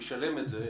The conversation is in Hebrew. דיווח.